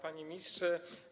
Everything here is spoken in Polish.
Panie Ministrze!